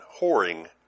whoring